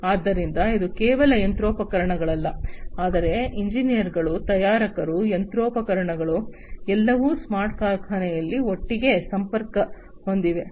ಆದ್ದರಿಂದ ಇದು ಕೇವಲ ಯಂತ್ರೋಪಕರಣಗಳಲ್ಲ ಆದರೆ ಎಂಜಿನಿಯರ್ಗಳು ತಯಾರಕರು ಯಂತ್ರೋಪಕರಣಗಳು ಎಲ್ಲವೂ ಸ್ಮಾರ್ಟ್ ಕಾರ್ಖಾನೆಯಲ್ಲಿ ಒಟ್ಟಿಗೆ ಸಂಪರ್ಕ ಹೊಂದಿವೆ